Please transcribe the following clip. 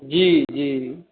जी जी